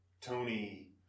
Tony